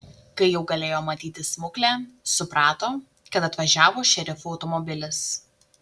kai jau galėjo matyti smuklę suprato kad atvažiavo šerifo automobilis